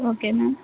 okay ma'am